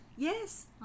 Yes